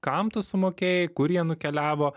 kam tu sumokėjai kur jie nukeliavo